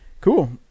Cool